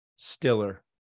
Stiller